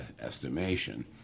estimation